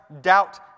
doubt